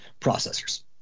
processors